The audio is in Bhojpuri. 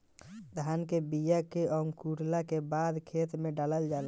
धान के बिया के अंकुरला के बादे खेत में डालल जाला